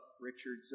Richard's